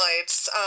Lights